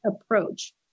approach